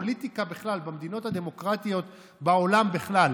בפוליטיקה בכלל, במדינות הדמוקרטיות בעולם בכלל.